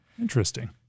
Interesting